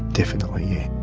definitely,